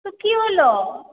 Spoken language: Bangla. তো কী হলো